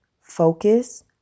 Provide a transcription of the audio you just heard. focus